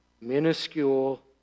minuscule